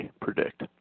predict